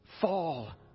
fall